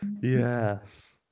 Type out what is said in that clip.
yes